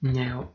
now